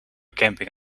camping